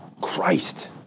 Christ